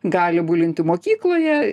gali bulinti mokykloje